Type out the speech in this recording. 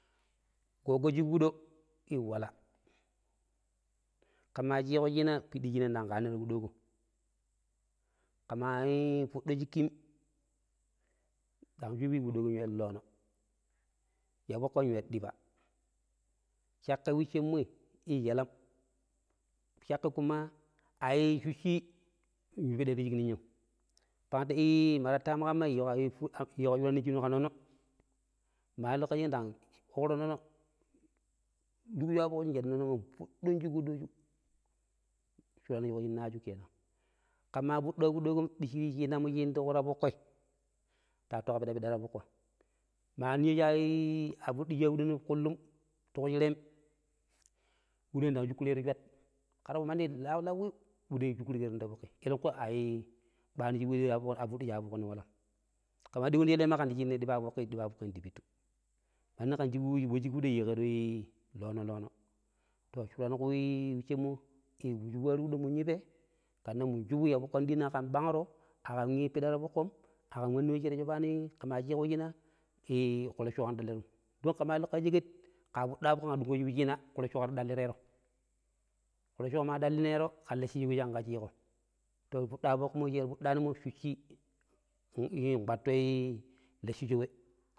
﻿Gogo shig wuɗo ii wala ƙema chiƙo chinaa piɗɗi chinai ndang ƙanero ti shig wuɗoƙo, ƙema shiɗɗo shigƙim ƙindi wee wuɗoƙo lenƙero shaɓi, ya foƙƙo yuwero ɗiipa, shaƙƙa wesshemmoi ii yalam shaƙƙa kuma a ii shuccii lupiɗa ti shig ninyam ƙe ta ii ma tattamu ƙamma fucchii yiƙo shuran shu ƙa nnoo-no mandi lokaci ma illiƙo ƙa sheƙeet ndag uƙƙuro nnoo-no ɗijeshu ƙa foƙshu ndag shaɗu lelau nfuɗɗun shig wuɗoshu kenan ƙema fuɗɗo ya wuɗoƙom ɗicchii wochina shi indiƙo tafoƙƙoi ta wattu ƙa piɗa-piɗa ta foƙƙo, maninya sha foɗɗusha wuɗoni kullum ti kwi shireem wuɗoi ndag shuƙƙurero swaat ƙeta wa ninya lau lauwiu wuɗo shuƙƙirƙeron ta foƙƙi ƙelan ƙwi ai ɓani shi afuɗɗishi ya foƙni walam ƙe ma ɗiƙon ti shelei ma ƙen ndi chinoo ɗipa foƙƙi, ɗipa foƙƙi ndi pittu wommo ndang shubu shug wuɗoi ndang yuweroi yiƙeroi ii loono-loono, toshurankwi wocchemmo ta shubui ii mun yu pee, kannan ya foƙƙo ndiyi ƙan ɓangro a ƙaampiɗa ta foƙƙom, a kaam mandi we shi ta shobani ƙe ma chiƙo chinaa ii foƙ roccoƙon illerom, don ƙema illo ƙa sheƙer ƙema fuɗɗa foƙƙom ƙen ɗunƙo chu we chinaa ƙu roccoƙo ta ɗallirero ƙe ta lecco we shinƙa chiƙoo, to fuɗɗaa foƙ shi ta fuɗɗammo shuccii nkpattoii lecchusho we.